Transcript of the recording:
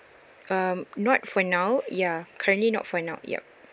um not for now ya currently not for now yup